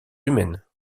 humaines